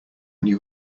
new